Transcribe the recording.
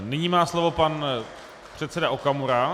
Nyní má slovo pan předseda Okamura.